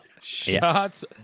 Shots